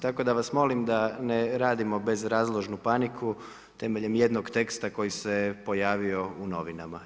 Tako da vas molim da ne radimo bezrazložnu paniku temeljem jednog teksta koji se pojavio u novinama.